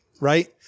right